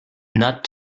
not